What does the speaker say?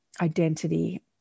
identity